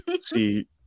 See